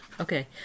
Okay